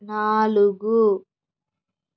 నాలుగు